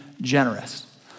generous